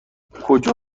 کجا